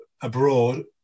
abroad